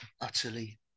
utterly